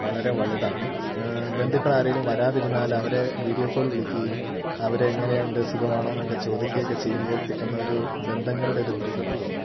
വളരെ വലുതാണ് ബന്ധുക്കൾ ആരെങ്കിലും വരാതിരുന്നാൽ അവരെ വീഡിയോ കോൾ വിളിക്കുകയും അവരെ എങ്ങനെയുണ്ട് സുഖമാണോ എന്നൊക്കെ ചോദിക്കുകയും ഒക്കെ ചെയ്യുമ്പോൾ കിട്ടുന്ന ഒരു ബന്ധങ്ങളുടെ ഒരു ദൃഢത വർദ്ധിപ്പിക്കുന്നു